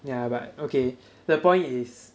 yeah but okay the point is